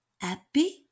Happy